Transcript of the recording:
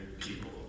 people